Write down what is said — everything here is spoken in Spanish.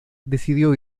decidió